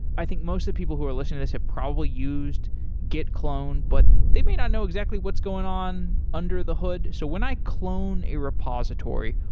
i think most of people who are listening to this have probably used git clone, but they may not know exactly what's going on under the hood. so when i clone a repository,